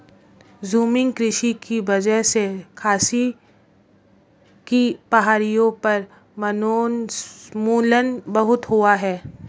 झूमिंग कृषि की वजह से खासी की पहाड़ियों पर वनोन्मूलन बहुत हुआ है